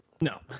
No